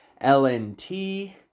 LNT